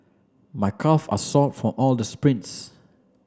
my calve are sore from all the sprints